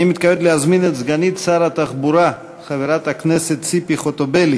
אני מתכבד להזמין את סגנית שר התחבורה חברת הכנסת ציפי חוטובלי